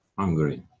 hungary.